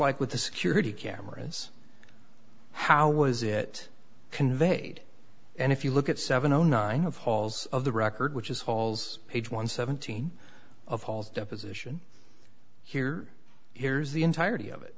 like with the security cameras how was it conveyed and if you look at seven o nine of halls of the record which is hall's page one seventeen of hall's deposition here here's the entirety of it